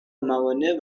موانع